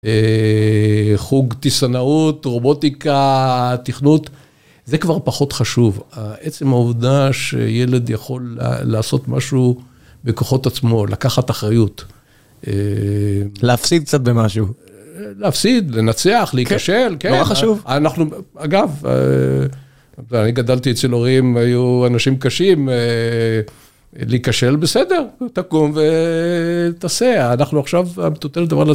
חוג טיסנאות, רובוטיקה, תכנות, זה כבר פחות חשוב. עצם העובדה שילד יכול לעשות משהו בכוחות עצמו, לקחת אחריות. להפסיד קצת במשהו. להפסיד, לנצח, להיכשל, כן. נורא חשוב. אנחנו, אגב, אני גדלתי אצל הורים, היו אנשים קשים. להיכשל, בסדר, תקום ותעשה. אנחנו עכשיו, המטוטלת